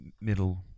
middle